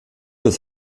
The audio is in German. ist